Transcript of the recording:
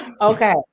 Okay